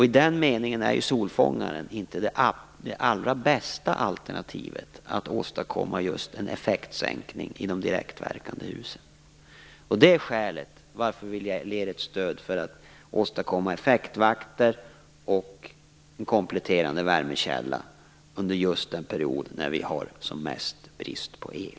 I den meningen är ju solfångaren inte det allra bästa alternativet att åstadkomma en effektsänkning i hus med direktverkande el. Det är skälet till att vi ger ett stöd för att åstadkomma effektvakter och en kompletterande värmekälla under just den period när vi har som mest brist på el.